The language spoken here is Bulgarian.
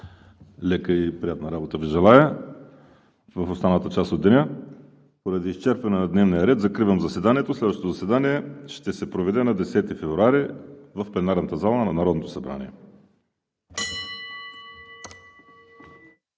Лека и приятна работа Ви желая в останалата част от деня! Поради изчерпване на дневния ред закривам заседанието. Следващото заседание ще се проведе на 10 февруари в пленарната зала на Народното събрание.